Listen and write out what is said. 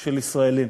של ישראלים.